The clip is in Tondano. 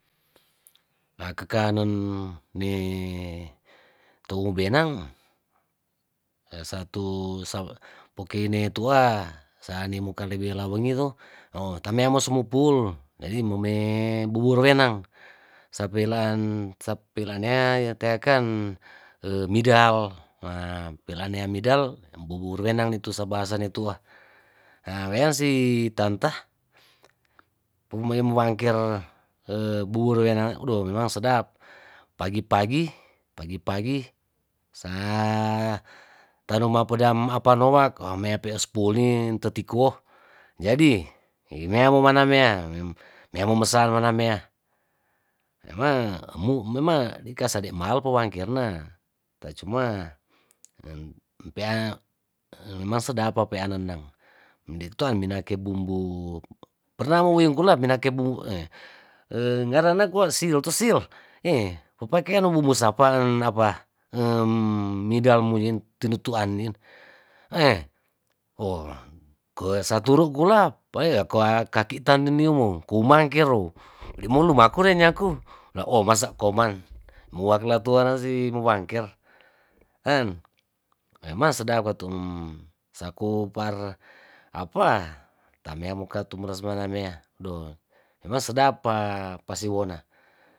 Akakanen ne tuo benang satu pokeine tua sanimuka lewelawengi to oh tamea mosumupul jadi mome bubur wenang sapelaan sapelaan nea teaken midal napelania midal bubur wenang nitus bahasane tua weansi tanta pumuy mowangker bubur wenang odoh memang sedap pagi pagi, pagi pagi sa tanomapedam apanowak komea spuldi tatikoh jadi imea momanamea mea momesa mana mea mema mu dikasade malpo wangkerna tacuma mpea memang sedap papeanan dang medito meminake bumbu pernawiwungkula pinake bum ngarena kwa sil tu sil hee papakean ee bumbu sapa ndapa midal muin tinutuan muin heeh saturu kula pae koa kakitan ninumu pumang kero nimu lumakure ne nyaku lao masa koman muangkelanatusi muwangker en memang sedap katuum saku par apa tame mo katu malas mea doh memang sedap pa pasiwona.